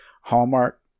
Hallmark